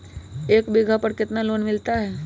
एक बीघा पर कितना लोन मिलता है?